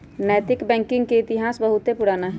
नैतिक बैंकिंग के इतिहास बहुते पुरान हइ